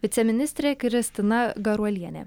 viceministrė kristina garuolienė